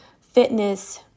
fitness